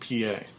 PA